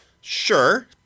Sure